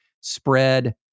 spread